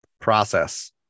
process